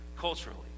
culturally